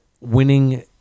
winning